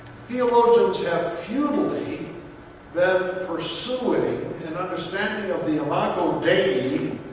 theologians have futilely then pursuing and understanding of the imago dei